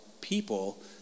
people